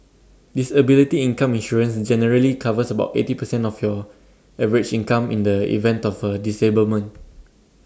disability income insurance generally covers about eighty percent of your average income in the event of A disablement